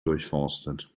durchforstet